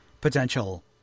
potential